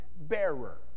bearer